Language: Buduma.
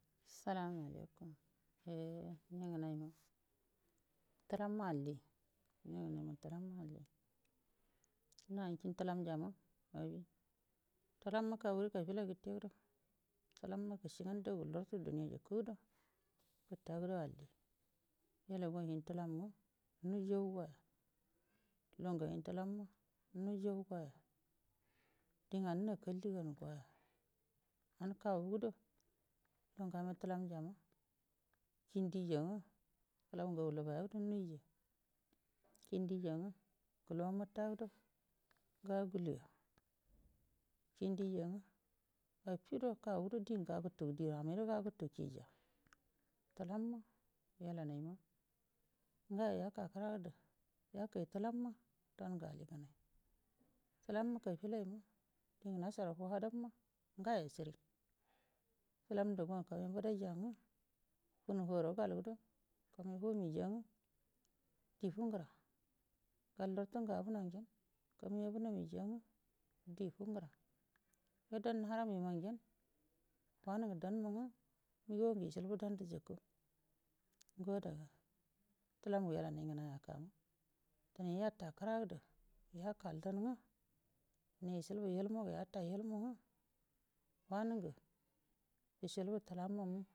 Salama alaikum eye ningənaima tulamma alli ningənaima tulamma alli na ngu kinə tulanjama abi tulamma kawiru kabila gəteda təlamma gushi nga ndagu lartu duniya jikədo gutagudo alli wailaguwa ngen tulamma nuwujaugoya lugu ngu hain taulamma nawujangoya di nganu nakalli gamə goya anə kagu gudo lugu ngu hawə təlanjama kin dija nga kəlau ngagu lubayado numija kindija nga gulna muta do ga’aduluya kima dija nga affido kagu da dingə gaagutu amai o ga’agutu kija təlamma wailanaima ngayo yaka kəradu yakai tulamma dangu diganai tulamma yakai fulaiyango dingu nashara fuladamma ngayo shiri tulam daguwa kamai bu bədaija funu huwarə galdo kamai huwanija nga di fungura gol lartu ngu abuno ngenə kamai abunomi ja nga di fundura yo danə narami ma ngenə wanungu danma nga miga ngu ishilbu danmarujikə ngo adaga tulau ngu wailanai ngnai akama dine yata kəradu yakaldan nga dine ishilbu ilmuga yata ilmu uga wanungu ishilbu tumallamu.